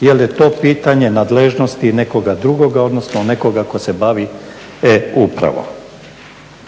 Jer je to pitanje nadležnosti nekoga drugoga, odnosno nekoga tko se bavi e-upravom.